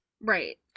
Right